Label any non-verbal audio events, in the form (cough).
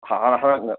(unintelligible)